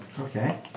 Okay